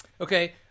Okay